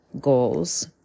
goals